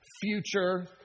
future